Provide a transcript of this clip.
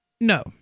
no